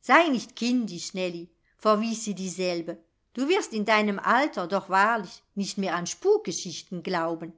sei nicht kindisch nellie verwies sie dieselbe du wirst in deinem alter doch wahrlich nicht mehr an spukgeschichten glauben